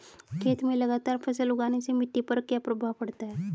खेत में लगातार फसल उगाने से मिट्टी पर क्या प्रभाव पड़ता है?